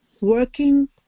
working